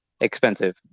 expensive